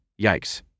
Yikes